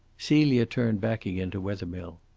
celia turned back again to wethermill.